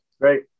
Great